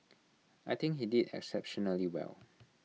I think he did exceptionally well